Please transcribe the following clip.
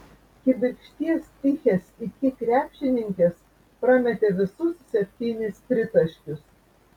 kibirkšties tichės iki krepšininkės prametė visus septynis tritaškius